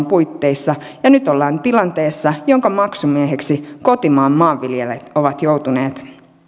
puitteissa ja nyt ollaan tilanteessa jonka maksumieheksi kotimaan maanviljelijät ovat joutuneet